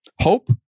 hope